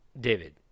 David